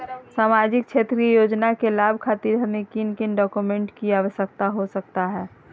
सामाजिक क्षेत्र की योजनाओं के लाभ खातिर हमें किन किन डॉक्यूमेंट की आवश्यकता हो सकता है?